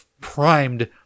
primed